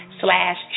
slash